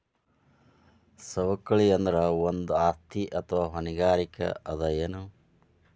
ಸವಕಳಿ ಅಂದ್ರ ಒಂದು ಆಸ್ತಿ ಅಥವಾ ಹೊಣೆಗಾರಿಕೆ ಅದ ಎನು?